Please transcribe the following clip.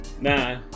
nah